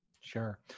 sure